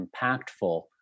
impactful